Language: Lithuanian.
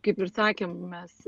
kaip ir sakėm mes